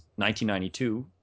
1992